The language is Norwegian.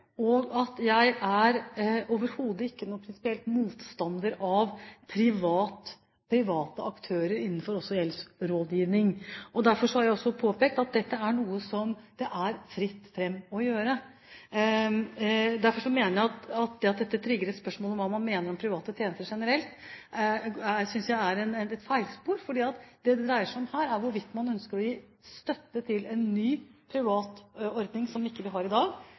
og at jeg overhodet ikke er noen prinsipiell motstander av private aktører også innenfor gjeldsrådgivning. Derfor har jeg også påpekt at dette er noe som det er fritt fram å gjøre. Derfor mener jeg at det at dette trigger et spørsmål om hva man mener om private tjenester generelt, er et feilspor, for her dreier det seg om hvorvidt man ønsker å gi støtte til en ny privat ordning som vi ikke har i dag.